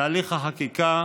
תהליך החקיקה,